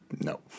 No